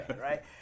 right